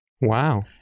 Wow